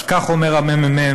אז כך אומר הממ"מ,